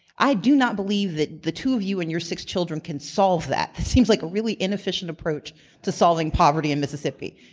i do not believe that the two of you and your six children can solve that. that seems like a really inefficient approach to solving poverty in mississippi.